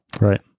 Right